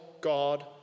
God